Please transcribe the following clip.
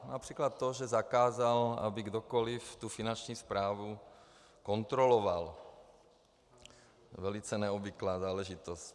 Například to, že zakázal, aby kdokoliv Finanční správu kontroloval velice neobvyklá záležitost.